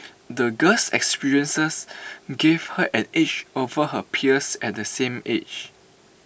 the girl's experiences gave her an edge over her peers of the same age